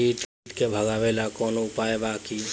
कीट के भगावेला कवनो उपाय बा की?